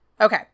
Okay